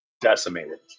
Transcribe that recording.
decimated